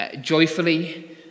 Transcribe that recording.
joyfully